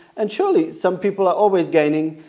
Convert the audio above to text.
and surely some people are always gaining,